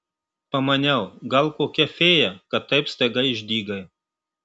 pamaniau gal kokia fėja kad taip staiga išdygai